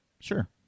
Sure